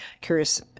curious